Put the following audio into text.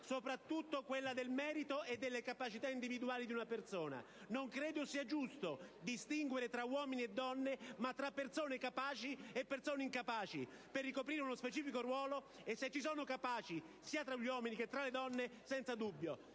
soprattutto quelli del merito e delle capacità individuali di una persona. Non credo che sia giusto distinguere tra uomini e donne, ma tra persone capaci e persone incapaci per ricoprire uno specifico ruolo e se ci sono capaci sia tra gli uomini che tra le donne, senza dubbio.